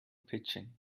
pitching